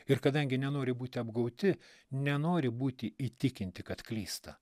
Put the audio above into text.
ir kadangi nenori būti apgauti nenori būti įtikinti kad klysta